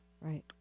Right